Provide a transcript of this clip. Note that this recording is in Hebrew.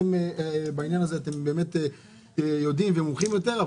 אתם בעניין הזה יודעים ומומחים יותר,